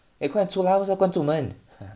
eh 快点出来为什么关住门